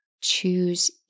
choose